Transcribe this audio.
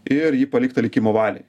ir ji palikta likimo valiai